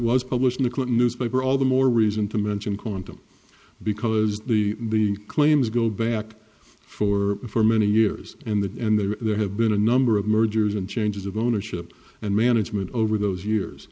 was published in the clinton newspaper all the more reason to mention quantum because the claims go back for many years in the end there have been a number of mergers and changes of ownership and management over those years